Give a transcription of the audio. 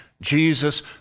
Jesus